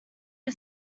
are